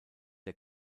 der